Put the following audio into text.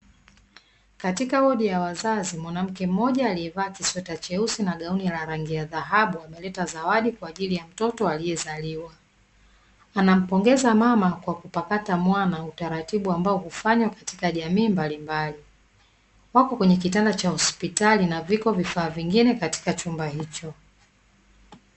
Katika wodi ya wazazi mwanamke mmoja aliyevaa kisweta cheusi na gauni la rangi ya dhahabu, ameleta zawadi kwa ajili ya mtoto aliyezaliwa. Anampongeza mama kwa kupakata mwana, utaratibu ambao hufanywa katika jamii mbalimbali. Wako kwenye kitanda cha hospitali, na viko vifaa vingine katika chumba hicho.